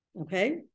Okay